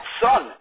son